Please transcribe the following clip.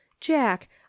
jack